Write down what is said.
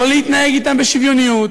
לא יתנהגו אתם בשוויוניות,